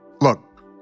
look